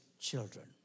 children